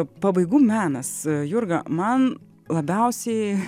pabaigų menas jurga man labiausiai